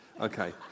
okay